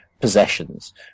possessions